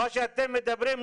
מה שאתם מדברים,